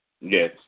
Yes